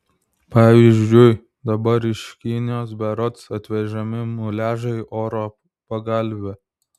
pavyzdžiui dabar iš kinijos berods atvežami muliažai oro pagalvių